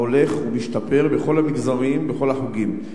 ההולך ומשתפר בכל המגזרים ובכל החוגים.